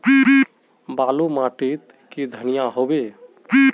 बाली माटी तई की धनिया होबे?